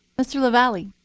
mr. lavalley.